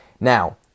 Now